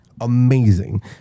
amazing